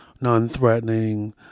non-threatening